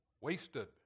wasted